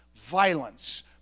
Violence